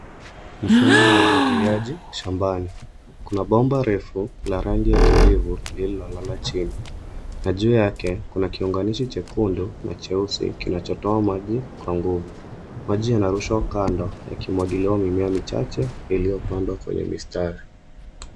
Mfumo wa umwagiliaji shambani. Kuna bomba refu la rangi ya kijivu lililolala chini na juu yake kuna kiunganishi chekundu na cheusi kinachotoa maji kwa nguvu. Maji yanarushwa kando yakimwagiliwa mimea michache iliyopandwa kwenye mistari.